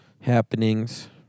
happenings